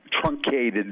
truncated